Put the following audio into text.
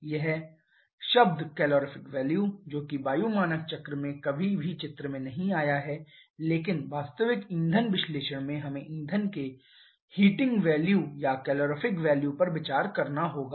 अब यह शब्द कैलोरीफिक वैल्यू जो कि वायु मानक चक्र में कभी भी चित्र में नहीं आया है लेकिन वास्तविक ईंधन विश्लेषण में हमें ईंधन के हिटिंग वैल्यू या कैलोरीफिक वैल्यू पर विचार करना होगा